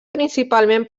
principalment